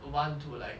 want to like